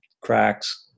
cracks